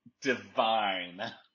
divine